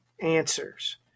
answers